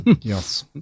Yes